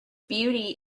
beauty